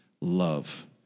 love